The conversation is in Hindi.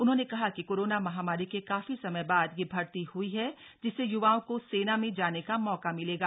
उन्होंने कहा कि कोरोना महामारी के काफी समय बाद यह भर्ती ह्ई है जिससे युवाओं को सेना में जाने का मौका मिलेगा